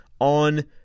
on